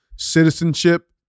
citizenship